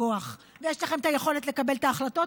כוח ויש לכם את היכולת לקבל את ההחלטות,